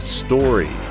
story